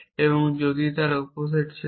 আপনি যদি তারা উপসেট ছিলেন